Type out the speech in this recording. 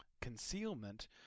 concealment